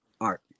art